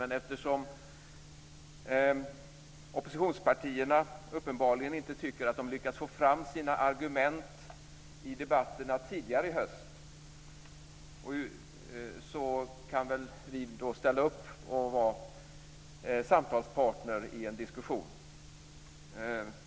Men eftersom oppositionspartierna uppenbarligen inte tycker att de har lyckats få fram sina argument i debatterna tidigare i höst så kan väl vi då ställa upp och vara samtalspartner i en diskussion.